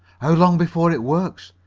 how long before it works?